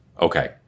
Okay